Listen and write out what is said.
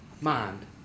mind